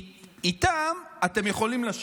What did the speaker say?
איתם אתם יכולים לשבת,